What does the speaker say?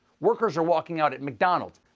workers are walking out at mcdonald's,